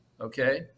okay